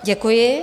Děkuji.